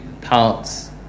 parts